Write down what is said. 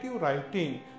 writing